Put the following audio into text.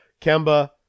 Kemba